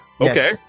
Okay